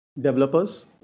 Developers